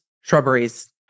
shrubberies